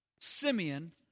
Simeon